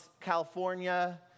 California